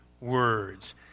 words